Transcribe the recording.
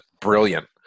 brilliant